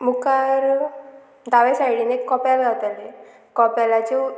मुखारा दावे सायडीन एक कोपेल गावताले कोपेलाचे